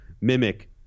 mimic